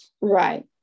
Right